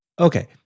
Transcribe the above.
okay